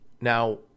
Now